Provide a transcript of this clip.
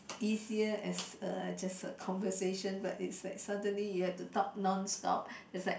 easier as a just a conversation but it's like suddenly you have to talk non stop it's like